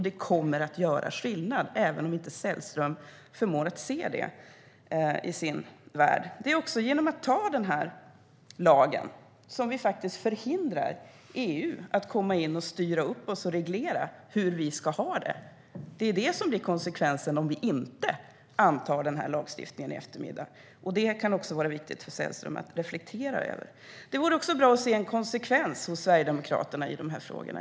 Det kommer att göra skillnad även om Sällström inte förmår se det i sin värld. Det är också genom att anta lagen som vi faktiskt förhindrar EU att styra och reglera hur vi ska ha det. Det är vad som blir konsekvensen om vi inte antar lagstiftningen i eftermiddag. Det kan också vara viktigt för Sällström att reflektera över. Det vore också bra att se konsekvens hos Sverigedemokraterna i dessa frågor.